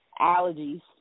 allergies